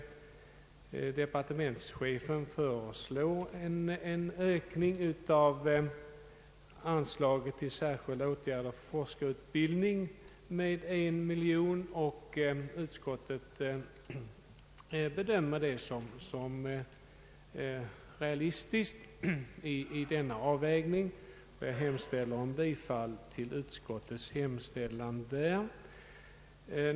Departementschefen föreslår en ökning av anslaget till särskilda åtgärder för forskarutbildning med 1 miljon kronor, och utskottet finner detta vara en realistisk avvägning. Jag hemställer om bifall till utskottets förslag på denna punkt.